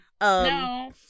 No